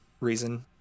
reason